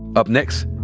up next,